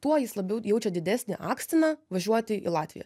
tuo jis labiau jaučia didesnį akstiną važiuoti į latviją